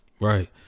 Right